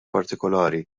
partikolari